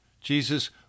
Jesus